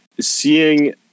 seeing